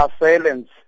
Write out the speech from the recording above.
assailants